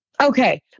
okay